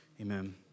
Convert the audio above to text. amen